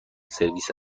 سرویس